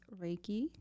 Reiki